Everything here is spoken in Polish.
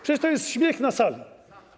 Przecież to jest śmiech na sali.